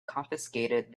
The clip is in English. confiscated